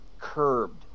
curbed